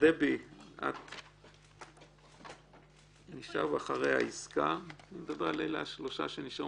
שייעוץ משפטי ומנהל ציבורי תקין באופן כללי אמורים לטפל